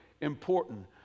important